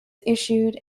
issued